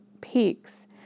peaks